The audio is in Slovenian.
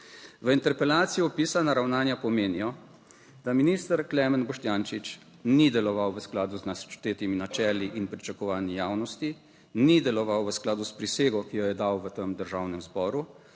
V interpelaciji opisana ravnanja pomenijo, da minister Klemen Boštjančič ni deloval v skladu z naštetimi načeli in pričakovanji javnosti, ni deloval v skladu s prisego, ki jo je dal v tem Državnem zboru,